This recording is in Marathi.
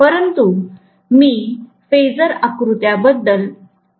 परंतु मी फेजर आकृत्या बद्दल अनुभूती देण्याचा प्रयत्न करते